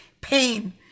pain